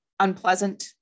unpleasant